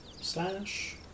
Slash